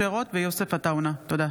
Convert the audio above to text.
משה רוט ויוסף עטאונה בנושא: